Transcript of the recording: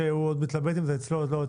שעדיין מתלבט אם זה אצלו או לא,